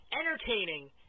entertaining